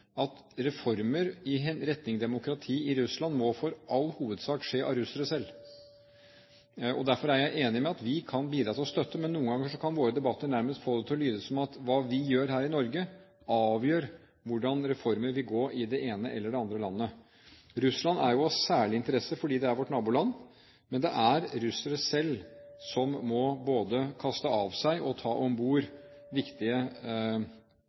at reformer i retning av demokrati i Russland i all hovedsak må gjøres av russere selv. Derfor er jeg enig i at vi kan bidra ved å støtte, men noen ganger kan våre debatter nærmest få det til å lyde som at det vi gjør her i Norge, avgjør hvordan reformer vil gå i det ene eller det andre landet. Russland er jo av særlig interesse fordi det er vårt naboland, men det er russere selv som må både kaste av seg og ta om bord